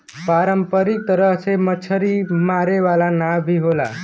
पारंपरिक तरह से मछरी मारे वाला नाव भी होला